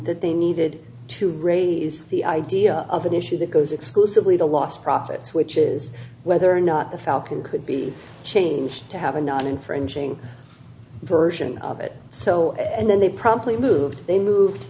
that they needed to raise the idea of an issue because exclusively the lost profits which is whether or not the falcon could be changed to have a non infringing version of it so and then they promptly moved they moved